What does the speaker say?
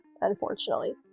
unfortunately